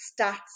stats